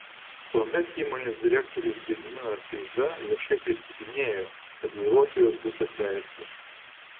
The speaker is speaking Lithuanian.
tuomet įmonės direktorius gediminas eiza viešai prisiekinėjo kad vairuotojas bus atleistas